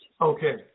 okay